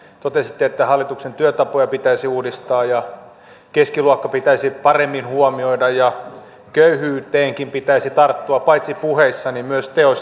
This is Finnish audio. totesitte että hallituksen työtapoja pitäisi uudistaa ja keskiluokka pitäisi paremmin huomioida ja köyhyyteenkin pitäisi tarttua paitsi puheissa niin myös teoissa